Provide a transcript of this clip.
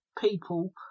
people